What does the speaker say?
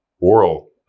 oral